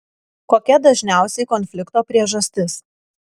kokia dažniausiai konflikto priežastis